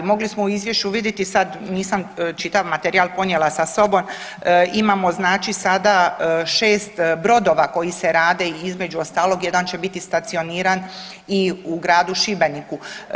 Mogli smo u izvješću vidjeti sad, nisam čitav materijal ponijela sa sobom, imamo znači sada 6 brodova koji se rade i između ostalog jedan će biti stacioniran i u gradu Šibeniku.